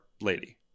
lady